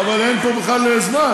אבל אין פה בכלל זמן.